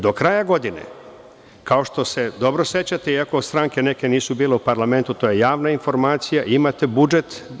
Do kraja godine, kao što se dobro sećate i ako stranke neke nisu bile u parlamentu, to je javna informacija, imate budžet.